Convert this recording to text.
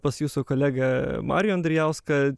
pas jūsų kolegą marių andrijauską